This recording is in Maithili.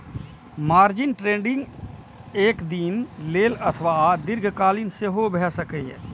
मार्जिन ट्रेडिंग एक दिन लेल अथवा दीर्घकालीन सेहो भए सकैए